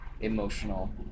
emotional